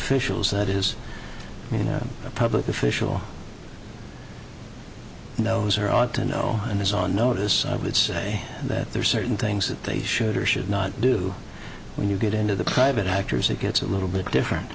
officials that is you know a public official knows or ought to know and is on notice it's say that there are certain things that they should or should not do when you get into the private actors it gets a little bit different